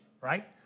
right